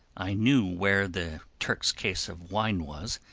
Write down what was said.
i knew where the turk's case of wine was,